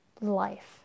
life